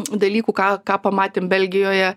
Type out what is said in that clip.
dalykų ką ką pamatėm belgijoje